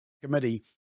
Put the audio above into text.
Committee